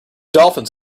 dolphins